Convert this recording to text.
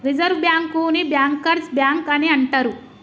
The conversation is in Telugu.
రిజర్వ్ బ్యాంకుని బ్యాంకర్స్ బ్యాంక్ అని అంటరు